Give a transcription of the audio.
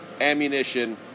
ammunition